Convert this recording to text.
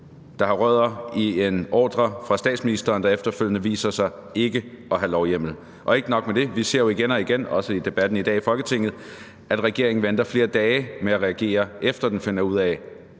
der har rødder i en ordre fra statsministeren, der efterfølgende viser sig ikke at have lovhjemmel. Og ikke nok med det ser vi jo igen og igen, også i debatten i dag i Folketinget, at regeringen venter flere dage med at reagere, efter at den finder ud af,